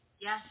yes